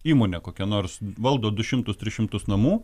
įmonė kokia nors valdo du šimtus tris šimtus namų